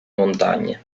montagne